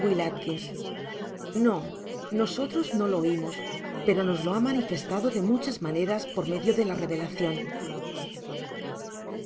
w a no nosotros no lo oimos pero nos lo ha manifestado de muchas maneras por medio de la revelacion